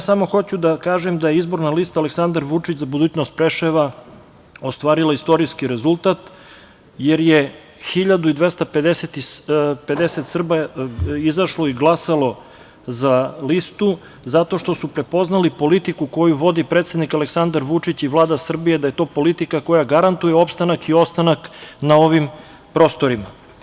Ja samo hoću da kažem da je Izborna lista Aleksandar Vučić - Za budućnost Preševa ostvarila istorijski rezultat, jer je 1.250 Srba izašlo i glasalo za listu zato što su prepoznali politiku koju vodi predsednik Aleksandar Vučić i Vlada Srbije, da je to politika koja garantuje opstanak i ostanak na ovim prostorima.